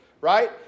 Right